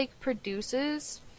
produces